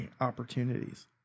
opportunities